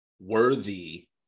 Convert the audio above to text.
worthy